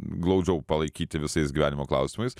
glaudžiau palaikyti visais gyvenimo klausimais